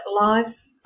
life